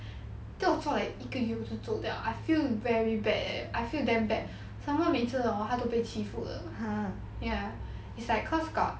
then 我就 like 一个月我就走掉 I feel very bad eh I feel damn bad some more 每次 hor 他都被欺负的 ya it's like cause got